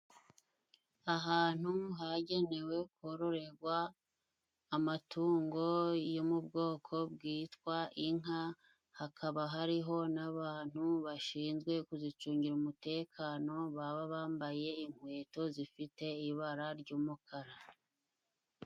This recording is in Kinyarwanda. Ahantu hagenewe kororegwa amatungo yo mu bwoko bwitwa inka. Hakaba hariho n'abantu bashinzwe kuzicungira umutekano, baba bambaye inkweto zifite ibara ry'umukara.